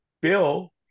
Bill